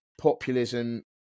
populism